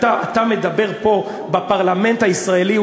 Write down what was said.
אתה מדבר פה בפרלמנט הישראלי.